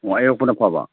ꯑꯌꯣꯛꯄꯅ ꯐꯕ